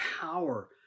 power